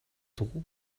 doel